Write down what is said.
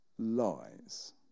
lies